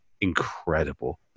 incredible